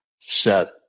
set